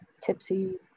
tipsy